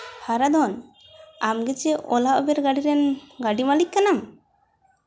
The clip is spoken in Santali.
ᱦᱟᱨᱟᱫᱷᱚᱱ ᱟᱢᱫᱚ ᱪᱮᱫ ᱳᱞᱟ ᱩᱵᱮᱨ ᱜᱟᱹᱰᱤᱨᱮᱱ ᱜᱟᱹᱰᱤ ᱢᱟᱹᱞᱤᱠ ᱠᱟᱱᱟᱢ